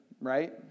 right